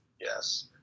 Yes